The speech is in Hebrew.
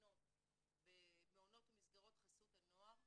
וקטינות במעונות ומסגרות חסות הנוער,